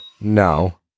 No